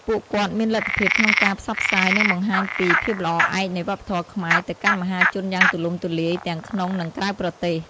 ពួកគាត់មានលទ្ធភាពក្នុងការផ្សព្វផ្សាយ និងបង្ហាញពី ភាពល្អឯកនៃវប្បធម៌ខ្មែរ ទៅកាន់មហាជនយ៉ាងទូលំទូលាយ ទាំងក្នុង និងក្រៅប្រទេស។